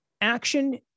Action